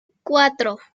cuatro